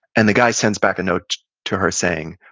and the guy sends back a note to her saying,